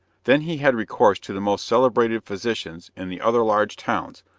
then he had recourse to the most celebrated physicians in the other large towns,